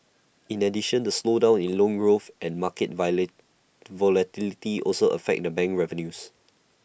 in addition the slowdown in loan growth and market volatility also affect the bank revenues